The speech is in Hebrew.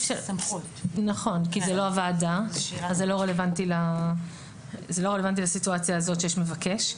כי זו לא הוועדה אז זה לא רלוונטי לסיטואציה הזאת שיש מבקש.